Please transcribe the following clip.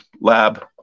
lab